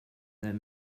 that